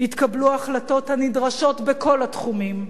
יתקבלו ההחלטות הנדרשות בכל התחומים,